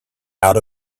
out